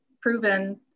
proven